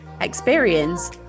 experience